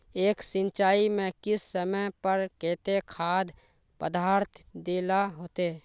एक सिंचाई में किस समय पर केते खाद पदार्थ दे ला होते?